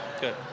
Good